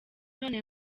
none